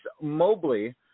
Mobley